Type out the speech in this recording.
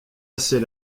assez